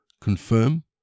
confirm